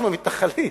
אנחנו המתנחלים.